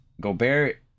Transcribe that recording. gobert